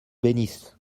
bénisse